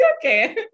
okay